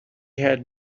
had